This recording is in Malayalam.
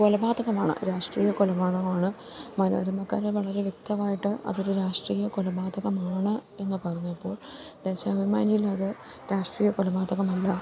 കൊലപാതകമാണ് രാഷ്ട്രീയ കൊലപാതകമാണ് മനോരമക്കാര് വളരെ വ്യക്തമായിട്ട് അതൊരു രാഷ്ട്രീയ കൊലപാതകമാണ് എന്നു പറഞ്ഞപ്പോൾ ദേശാഭിമാനിയിലത് രാഷ്ട്രീയ കൊലപാതകമല്ല